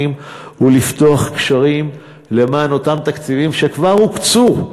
ולפתוח קשרים למען אותם תקציבים שכבר הוקצו,